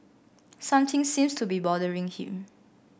something seems to be bothering him